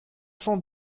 cent